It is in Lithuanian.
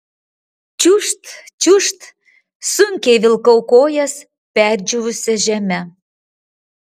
čiūžt čiūžt sunkiai vilkau kojas perdžiūvusia žeme